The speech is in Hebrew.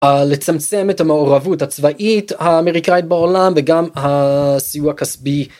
לצמצם את המעורבות הצבאית האמריקאית בעולם וגם הסיוע כספי.